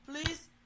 Please